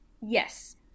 Yes